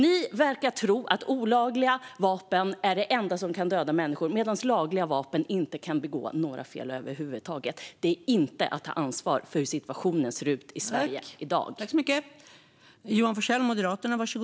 Ni verkar tro att olagliga vapen är det enda som kan döda människor, medan lagliga vapen inte kan orsaka några fel över huvud taget. Det är inte att ta ansvar för hur situationen ser ut i Sverige i dag.